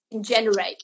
generate